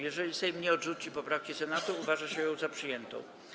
Jeżeli Sejm nie odrzuci poprawki Senatu, uważa się ją za przyjętą.